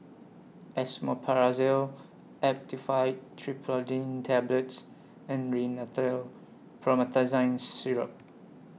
Esomeprazole Actifed Triprolidine Tablets and Rhinathiol Promethazine Syrup